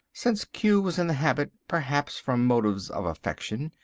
since q was in the habit, perhaps from motives of affection,